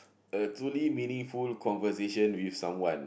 a truly meaningful conversation with someone